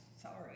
Sorry